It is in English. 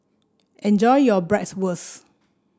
enjoy your Bratwurst